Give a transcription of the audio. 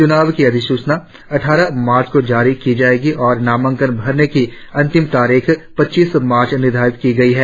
चुनाव की अधिसूचना अट़ठारह मार्च को जारी की जाएगी और नामांकन भरने की अंतिम तारीख पच्चीस मार्च निर्धारित की गई है